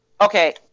Okay